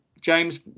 james